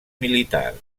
militars